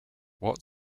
what